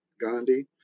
Gandhi